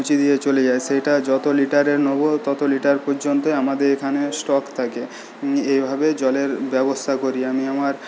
পৌঁছে দিয়ে চলে যায় সেটা যত লিটারের নেব ততো লিটার পর্যন্তই আমাদের এখানে স্টক থাকে এভাবে জলের ব্যবস্থা করি আমি আমার